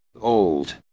old